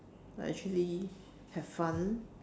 but actually have fun